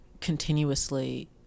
continuously